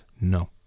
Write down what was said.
No